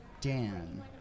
Dan